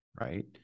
right